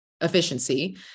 efficiency